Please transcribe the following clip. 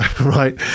right